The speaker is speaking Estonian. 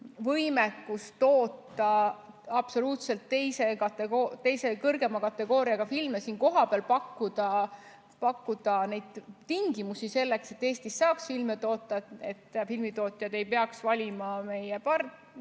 võimekust toota absoluutselt teise kategooria, kõrgema kategooria filme ja siin kohapeal pakkuda tingimusi selleks, et Eestis saaks filme toota, et filmitootjad ei peaks valima meie kõrval‑,